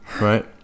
right